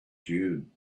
dune